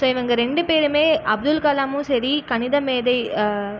so இவங்க ரெண்டு பேருமே அப்துல் கலாமும் சரி கணிதமேதை